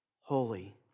holy